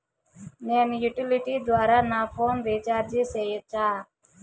నేను యుటిలిటీ ద్వారా నా ఫోను రీచార్జి సేయొచ్చా?